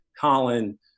Colin